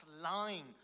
lying